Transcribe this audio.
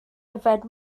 yfed